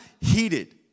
heated